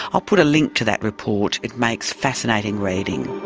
i'll put a link to that report, it makes fascinating reading.